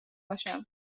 باشم